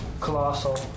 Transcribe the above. Colossal